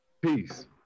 Peace